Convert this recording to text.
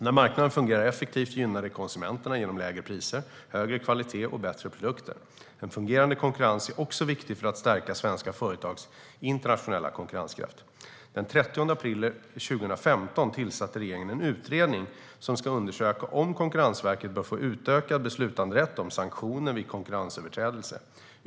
När marknaden fungerar effektivt gynnar det konsumenterna genom lägre priser, högre kvalitet och bättre produkter. En fungerande konkurrens är också viktig för att stärka svenska företags internationella konkurrenskraft. Den 30 april 2015 tillsatte regeringen en utredning som ska undersöka om Konkurrensverket bör få utökad beslutanderätt om sanktioner vid konkurrensöverträdelser.